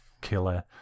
killer